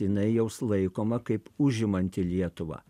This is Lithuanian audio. jinai jaus laikoma kaip užimanti lietuvą